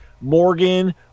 Morgan